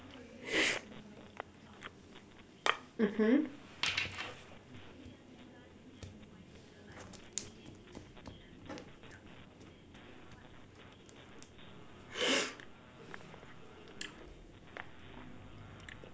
mmhmm